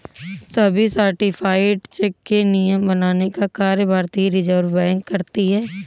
सभी certified cheque के नियम बनाने का कार्य भारतीय रिज़र्व बैंक करती है